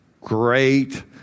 great